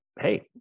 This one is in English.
Hey